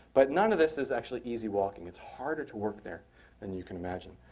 but none of this is actually easy walking. it's harder to work there than you can imagine.